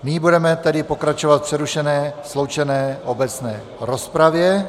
Nyní budeme tedy pokračovat v přerušené sloučené obecné rozpravě.